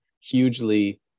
hugely